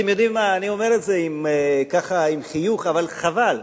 אני אומר את זה עם חיוך, אבל חבל,